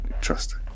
trust